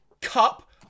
cup